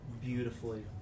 beautifully